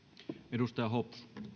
arvoisa